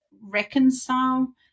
reconcile